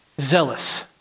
Zealous